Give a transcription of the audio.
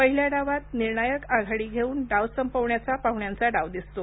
पहिल्या डावात निर्णायक आघाडी घेऊन डाव संपवण्याचा पाहुण्यांचा डाव दिसतो